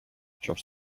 just